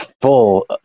full